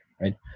right